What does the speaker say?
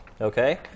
Okay